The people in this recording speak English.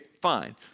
Fine